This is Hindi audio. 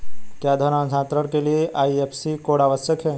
क्या धन हस्तांतरण के लिए आई.एफ.एस.सी कोड आवश्यक है?